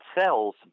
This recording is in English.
cells